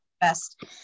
best